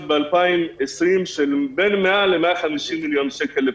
ב-2020 בסדר גודל של בין 100 150 מיליון שקל לפחות,